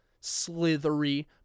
slithery